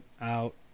out